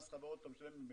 מס חברות אתה משלם ממילא.